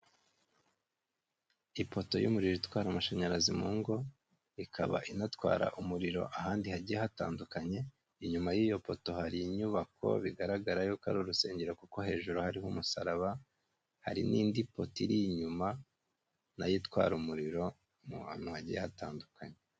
Ipoto y'umuriro itwara amashanyarazi mu ngo ikaba inatwara umuriro ahandi hagiye hatandukanye inyuma y'iyo poto hari inyubako bigaragara ko ari urusengero kuko hejuru hari umusaraba hari n'indi poto inyuma yayo itwara umuriro ahantu hagiye hatandukanye.